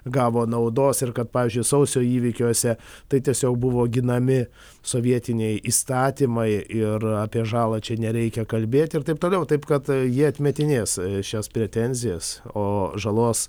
gavo naudos ir kad pavyzdžiui sausio įvykiuose tai tiesiog buvo ginami sovietiniai įstatymai ir apie žalą čia nereikia kalbėt ir taip toliau taip kad jie atmetinės šias pretenzijas o žalos